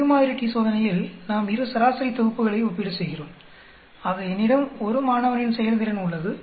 இரு மாதிரி t சோதனையில் நாம் இரு சராசரி தொகுப்புகளை ஒப்பீடு செய்கிறோம் ஆக என்னிடம் 1 மாணவனின் செயல்திறன் உள்ளது